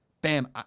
Bam